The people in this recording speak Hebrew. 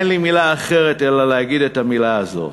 אין לי מילה אחרת להגיד אלא המילה הזאת.